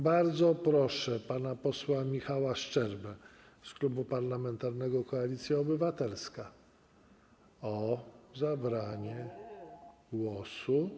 Bardzo proszę pana posła Michała Szczerbę z Klubu Parlamentarnego Koalicja Obywatelska o zabranie głosu.